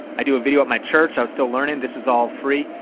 i do a video at my church. i was still learning. this was all free.